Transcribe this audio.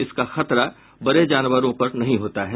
इसका खतरा बड़े जानवरों पर नहीं होता है